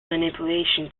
manipulation